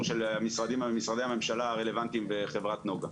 של משרדי הממשלה הרלוונטיים בחברת נגה.